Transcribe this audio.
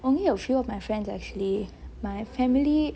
only a few of my friends actually my family